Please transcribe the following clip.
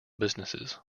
businesses